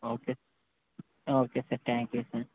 okay sir thank you sir